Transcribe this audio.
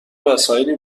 وسایلی